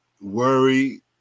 worry